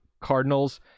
Cardinals